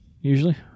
usually